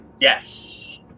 Yes